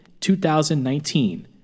2019